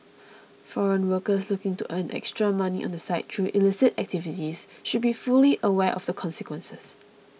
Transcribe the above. foreign workers looking to earn extra money on the side through illicit activities should be fully aware of the consequences